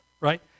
right